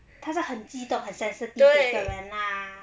他是很激动很 sensitive 的一个人啦